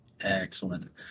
Excellent